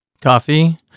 coffee